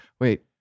wait